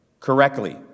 correctly